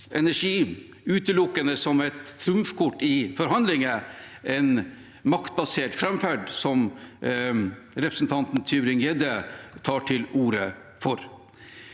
energi utelukkende som et trumfkort i forhandlinger – en maktbasert framferd, som representanten Tybring-Gjedde tar til orde for.